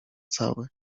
cały